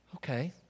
Okay